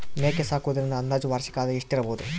ಮೇಕೆ ಸಾಕುವುದರಿಂದ ಅಂದಾಜು ವಾರ್ಷಿಕ ಆದಾಯ ಎಷ್ಟಿರಬಹುದು?